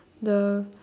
the